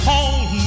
Hold